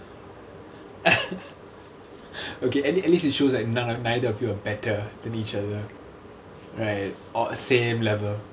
okay at least at least it shows like none of neither of you are better than each other right or same level